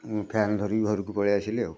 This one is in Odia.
ମୁଁ ଫ୍ୟାନ୍ ଧରି ଘରକୁ ପଳାଇ ଆସିଲି ଆଉ